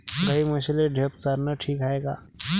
गाई म्हशीले ढेप चारनं ठीक हाये का?